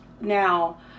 Now